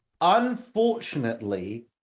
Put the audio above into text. unfortunately